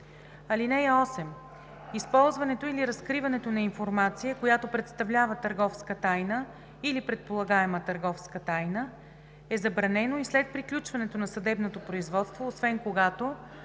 (8) Използването или разкриването на информация, която представлява търговска тайна или предполагаема търговска тайна, е забранено и след приключването на съдебното производство, освен когато: